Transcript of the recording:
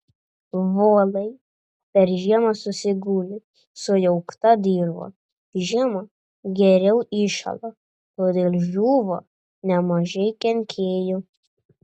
volai per žiemą susiguli sujaukta dirva žiemą geriau įšąla todėl žūva nemažai kenkėjų